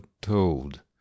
told